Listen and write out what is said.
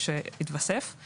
סעיף קטן (ה).